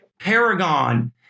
Paragon